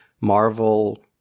Marvel